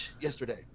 yesterday